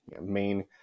main